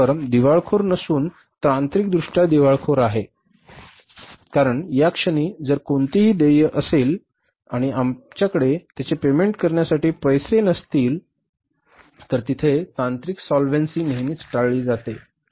हे फर्म दिवाळखोर नसून तांत्रिकदृष्ट्या दिवाळखोर आहे कारण याक्षणी जर कोणतीही देय असेल आणि आपल्याकडे त्याचे पेमेंट करण्यासाठी पैसे नसेल तर तिथे तांत्रिक सॉल्व्हेंसी नेहमीच टाळली जाते